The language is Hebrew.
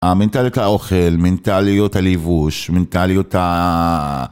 המנטליות האוכל, מנטליות הלבוש, מנטליות ה...